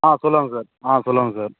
ஆ சொல்லுங்கள் சார் ஆ சொல்லுங்கள் சார்